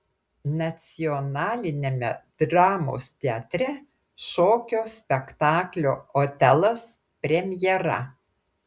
nacionaliniame dramos teatre šokio spektaklio otelas premjera